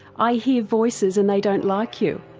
i hear voices and they don't like you.